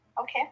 Okay